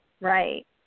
Right